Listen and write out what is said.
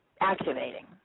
activating